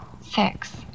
six